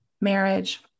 marriage